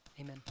amen